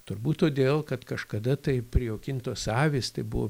turbūt todėl kad kažkada tai prijaukintos avys tai buvo